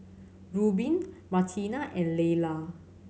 Rubin Martina and Laylah